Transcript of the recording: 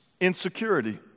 insecurity